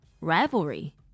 rivalry